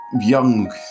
young